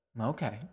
Okay